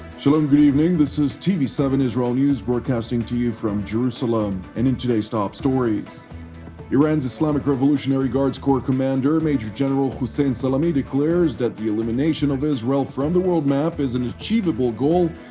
shalom and good evening, this is t v seven israel news broadcasting to you from jerusalem and in today's top stories iran's islamic revolutionary guards corps commander major general hossein salami declared that the elimination of israel from the world map is an achievable goal,